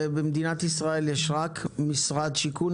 במדינת ישראל יש רק משרד שיכון,